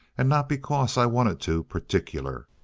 and not because i wanted to particular.